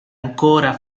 ancora